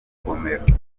rugomero